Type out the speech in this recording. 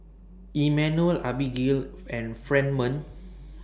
Immanuel Abbigail and Fremont